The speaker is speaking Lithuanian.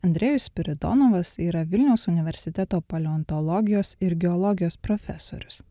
andrejus spiridonovas yra vilniaus universiteto paleontologijos ir geologijos profesorius